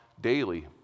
daily